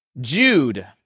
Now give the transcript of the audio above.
Jude